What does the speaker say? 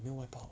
没有 wipeout